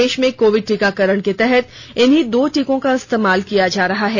देश में कोविड टीकाकरण के तहत इन्हीं दो टीकों का इस्तेमाल किया जा रहा है